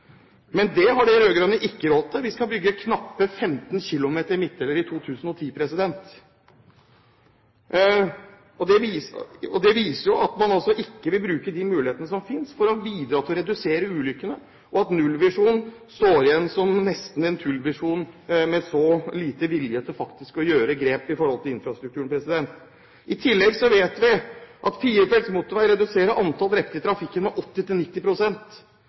Men det har de rød-grønne ikke råd til. Vi skal bygge knappe 15 km med midtdelere i 2010. Det viser jo at man ikke vil bruke de mulighetene som finnes, for å bidra til å redusere ulykkene, og at nullvisjonen står igjen nesten som en «tullvisjon», med så liten vilje til faktisk å ta grep med hensyn til infrastrukturen. I tillegg vet vi at firefelts motorvei reduserer antall drepte i trafikken med 80–90 pst. I 2010 vil det imidlertid kun bygges 12 km motorvei, noe som viser at viljen til